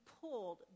pulled